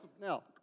now